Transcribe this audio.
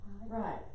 Right